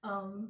um